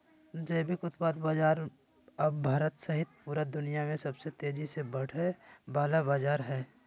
जैविक उत्पाद बाजार अब भारत सहित पूरा दुनिया में सबसे तेजी से बढ़े वला बाजार हइ